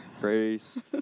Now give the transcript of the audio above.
Grace